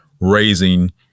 raising